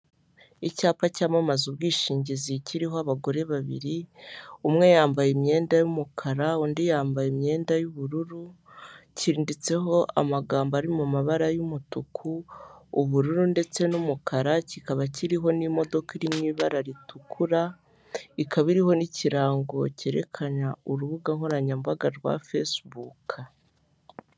Icyapa cyamamaza ubwishingizi kiriho abagore babiri, umwe yambaye imyenda y'umukara undi yambaye imyenda y'ubururu, cyanditseho amagambo ari mabara y'umutuku, ubururu ndetse n'umukara, kikaba kiriho n'imodoka iri mu ibara ritukura, ikaba iriho n'ikirango cyerekana urubuga nkoranyambaga rwa fesibuke.